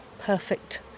perfect